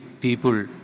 people